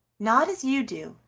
not as you do,